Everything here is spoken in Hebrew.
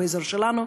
באזור שלנו,